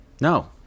No